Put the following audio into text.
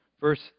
verse